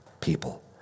people